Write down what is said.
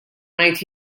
ngħid